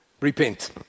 Repent